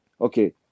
okay